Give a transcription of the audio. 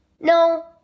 No